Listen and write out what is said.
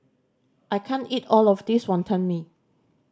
I can't eat all of this Wonton Mee